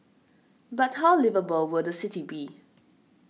but how liveable will the city be